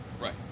right